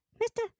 mister